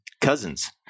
cousins